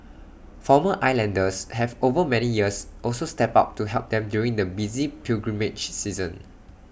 former islanders have over many years also stepped up to help them during the busy pilgrimage season